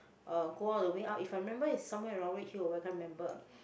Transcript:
uh go all the way out if I remember it's somewhere around Redhill or where I can't remember